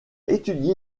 étudié